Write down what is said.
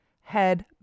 head